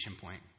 point